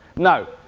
now,